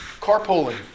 carpooling